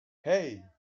hey